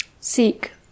seek